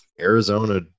Arizona